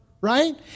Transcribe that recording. right